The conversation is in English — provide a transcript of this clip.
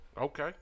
Okay